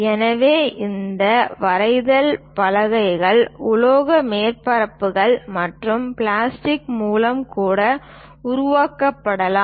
எனவே இந்த வரைதல் பலகைகள் உலோக மேற்பரப்புகள் மற்றும் பிளாஸ்டிக் மூலம் கூட உருவாக்கப்படலாம்